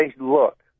look